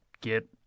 get